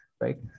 right